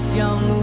young